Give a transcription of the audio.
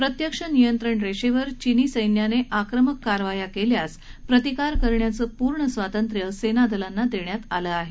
प्रत्यक्ष नियंत्रण रेषेवर चीनी सच्चाने आक्रमक कारवाया केल्यास प्रतिकार करण्याचं पूर्ण स्वातंत्र्य सेनादलांना देण्यात आलं आहे